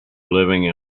living